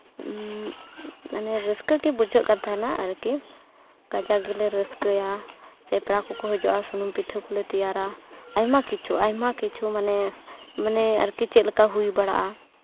ᱚᱱᱮ ᱨᱟᱹᱥᱠᱟᱹ ᱜᱮ ᱵᱩᱡᱷᱟᱹᱜ ᱠᱟᱱ ᱛᱟᱦᱮᱱᱟ ᱟᱨᱠᱤ ᱠᱟᱡᱟᱠ ᱜᱮᱞᱮ ᱨᱟᱹᱥᱠᱟᱹᱭᱟ ᱪᱮᱠᱲᱟ ᱠᱚᱠᱚ ᱦᱟᱡᱩᱜᱼᱟ ᱥᱩᱱᱩᱢ ᱯᱤᱴᱷᱟᱹ ᱠᱚᱞᱮ ᱛᱮᱭᱟᱨᱟ ᱟᱭᱢᱟ ᱠᱤᱪᱷᱩ ᱟᱭᱢᱟ ᱠᱤᱪᱷᱩ ᱢᱟᱱᱮ ᱢᱟᱱᱮ ᱟᱨᱠᱤ ᱪᱮᱫᱞᱮᱠᱟ ᱦᱩᱭ ᱵᱟᱲᱟᱲᱜᱼᱟ